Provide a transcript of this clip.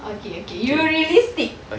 okay okay you realistic